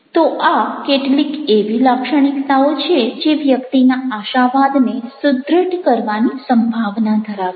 તો આ કેટલીક એવી લાક્ષણિકતાઓ છે જે વ્યક્તિના આશાવાદને સુદ્રઢ કરવાની સંભાવના ધરાવે છે